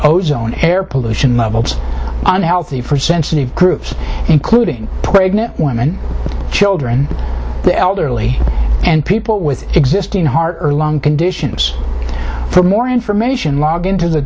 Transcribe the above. ozone air pollution levels unhealthy for sensitive groups including pregnant women children the elderly and people with existing heart or lung conditions for more information log into the